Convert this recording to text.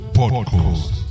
podcast